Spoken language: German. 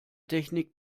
technik